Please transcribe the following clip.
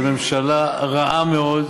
של ממשלה רעה מאוד,